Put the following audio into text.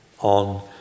on